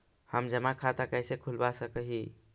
हम जमा खाता कैसे खुलवा सक ही?